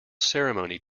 ceremony